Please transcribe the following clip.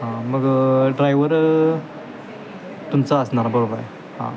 हां मगं ड्रायवर तुमचा असणार बरोबर हां